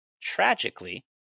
Tragically